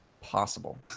possible